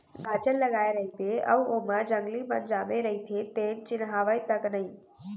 गाजर लगाए रइबे अउ ओमा जंगली बन जामे रइथे तेन चिन्हावय तक नई